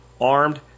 armed